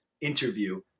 interview